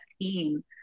team